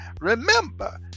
Remember